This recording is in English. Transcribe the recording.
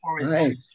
Right